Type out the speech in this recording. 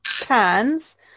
cans